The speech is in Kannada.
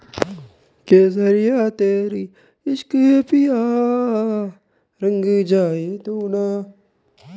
ತರಕಾರಿಗಳನ್ನು ಶೇಖರಣೆ ಮಾಡಲು ಕೆಮಿಕಲ್ ಹಾಕುತಾರೆ ಹೌದ?